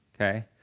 okay